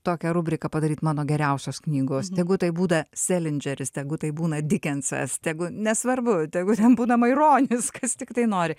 tokią rubriką padaryt mano geriausios knygos tegu tai būdą selindžeris tegu tai būna dikensas tegu nesvarbu tegul ten būna maironis kas tiktai nori